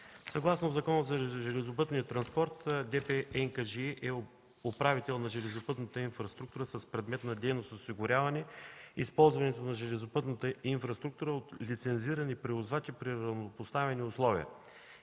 Съгласно Закона за железопътния транспорт ДП „НКЖИ” е управител на железопътната инфраструктура с предмет на дейност осигуряване използването на железопътната инфраструктура от лицензирани превозвачи при равнопоставени условия,